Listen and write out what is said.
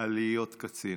"להיות קצין"?